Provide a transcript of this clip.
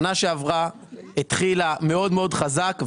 שנה שעברה התחילה מאוד חזק,